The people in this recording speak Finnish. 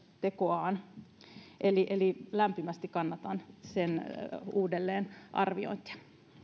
työntekoaan eli eli lämpimästi kannatan sen uudelleenarviointia